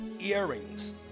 Earrings